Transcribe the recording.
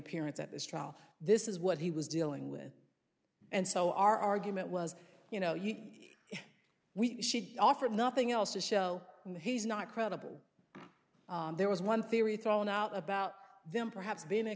appearance at this trial this is what he was dealing with and so our argument was you know you we should offer nothing else to show that he's not credible there was one theory thrown out about them perhaps been a